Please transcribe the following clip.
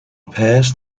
past